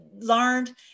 learned